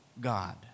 God